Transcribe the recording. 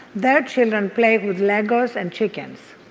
their children play with legos and chickens.